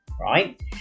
right